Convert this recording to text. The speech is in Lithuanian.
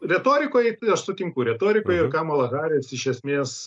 retorikoj tai aš sutinku retorikoje kamala haris iš esmės